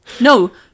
No